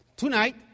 Tonight